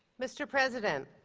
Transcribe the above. mr. president,